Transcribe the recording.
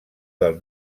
del